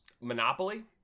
Monopoly